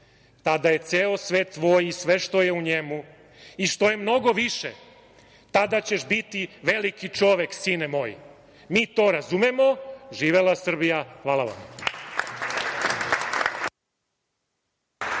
tada je ceo svet tvoj i sve što je u njemu i što je mnogo više, tada ćeš biti veliki čovek sine moj. Mi to razumemo, živela Srbija. Hvala.